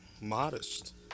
modest